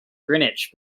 greenwich